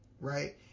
right